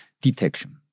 detection